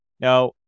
Now